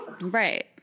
Right